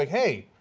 like hey,